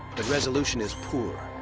the resolution is poor,